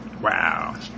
Wow